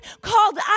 called